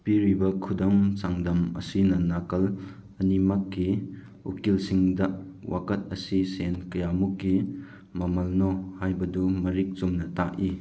ꯄꯤꯔꯤꯕ ꯈꯨꯗꯝ ꯆꯥꯡꯗꯝ ꯑꯁꯤꯅ ꯅꯥꯀꯜ ꯑꯅꯤꯃꯛꯀꯤ ꯎꯀꯤꯜꯁꯤꯡꯗ ꯋꯥꯀꯠ ꯑꯁꯤ ꯁꯦꯟ ꯀꯌꯥꯃꯨꯛꯀꯤ ꯃꯃꯜꯅꯣ ꯍꯥꯏꯕꯗꯨ ꯃꯔꯤꯛ ꯆꯨꯝꯅ ꯇꯥꯛꯏ